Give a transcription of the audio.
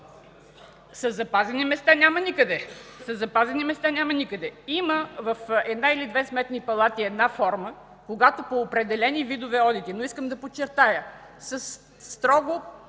Със запазени места няма никъде. Има в една или две сметни палати една форма, когато по определени видове одити, но искам да подчертая: със строго